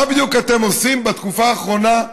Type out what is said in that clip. מה בדיוק אתם עושים בתקופה האחרונה,